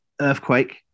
earthquake